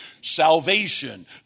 Salvation